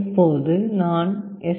இப்போது நான் எஸ்